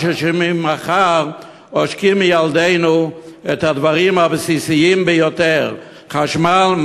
שממחר עושקים מילדינו את הדברים הבסיסיים ביותר: חשמל,